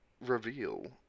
reveal